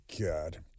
god